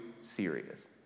serious